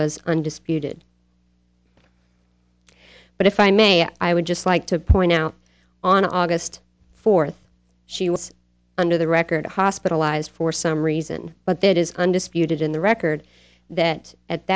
was undisputed but if i may i would just like to point out on august fourth she was under the record hospitalized for some reason but that is undisputed in the record that at